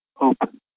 open